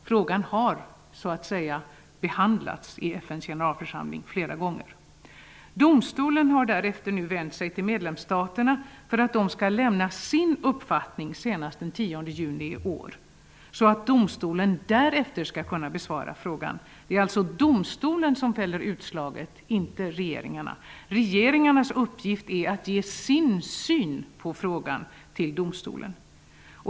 Frågan har behandlats i FN:s generalförsamling flera gånger. Domstolen har därefter vänt sig till medlemsstaterna för att de skall lämna sin uppfattning senast den l0 juni i år, så att domstolen därefter skall kunna svara på frågan. Det är alltså domstolen som fäller utslaget -- inte regeringarna. Regeringarnas uppgift är att ge sin syn på frågan till domstolen.